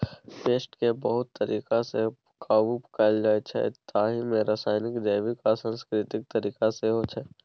पेस्टकेँ बहुत तरीकासँ काबु कएल जाइछै ताहि मे रासायनिक, जैबिक आ सांस्कृतिक तरीका सेहो छै